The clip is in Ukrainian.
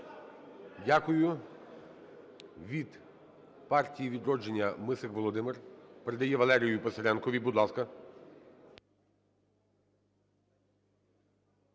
Дякую. Від "Партії "Відродження" Мисик Володимир передає Валерію Писаренкові. Будь ласка.